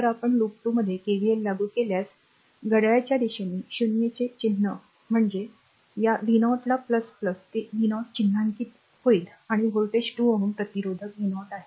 तर आपण लूप 2 मध्ये केव्हीएल लागू केल्यास घड्याळाच्या दिशेने 0 चे चिन्ह म्हणजे या v0 ते v0 चिन्हांकित होईल आणि व्होल्टेज 2Ω प्रतिरोधक v0 आहे